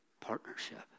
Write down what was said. partnership